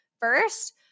first